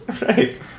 Right